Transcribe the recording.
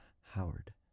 Howard